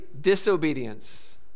disobedience